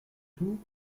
tout